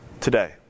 today